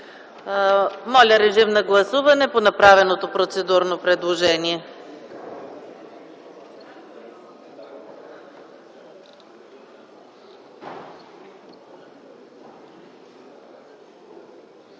Подлагам на гласуване направеното процедурно предложение.